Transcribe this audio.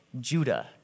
Judah